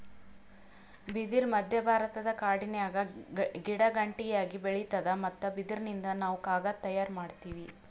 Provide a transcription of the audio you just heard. ಬಿದಿರ್ ಮಧ್ಯಭಾರತದ ಕಾಡಿನ್ಯಾಗ ಗಿಡಗಂಟಿಯಾಗಿ ಬೆಳಿತಾದ್ ಮತ್ತ್ ಬಿದಿರಿನಿಂದ್ ನಾವ್ ಕಾಗದ್ ತಯಾರ್ ಮಾಡತೀವಿ